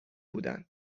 بودن